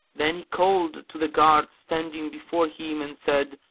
then he called to the guards standing before him and said,